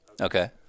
Okay